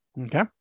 Okay